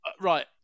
right